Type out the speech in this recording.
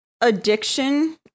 addiction